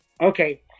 okay